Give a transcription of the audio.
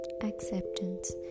acceptance